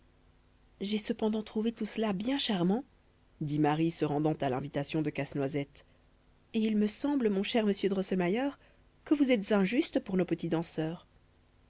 j'ai cependant trouvé tout cela bien charmant dit marie se rendant à l'invitation de casse-noisette et il me semble mon cher monsieur drosselmayer que vous êtes injuste pour nos petits danseurs